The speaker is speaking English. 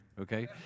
okay